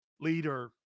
Leader